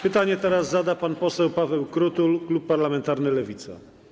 Pytanie zada pan poseł Paweł Krutul, klub parlamentarny Lewica.